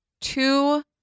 two